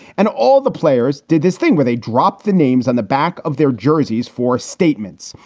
and all the players did this thing where they dropped the names on the back of their jerseys for statements.